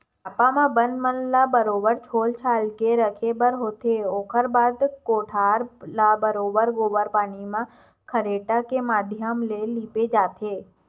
रापा म बन मन ल बरोबर छोल छाल के रखे बर होथे, ओखर बाद कोठार ल बरोबर गोबर पानी म खरेटा के माधियम ले ही लिपे जाथे